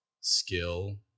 skill